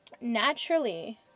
Naturally